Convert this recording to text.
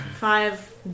Five